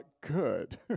good